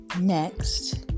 Next